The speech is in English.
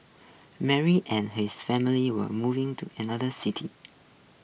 Mary and his family were moving to another city